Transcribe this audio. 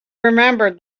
remembered